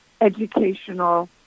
educational